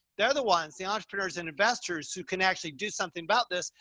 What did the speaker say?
they're the ones, the entrepreneurs and investors who can actually do something about this.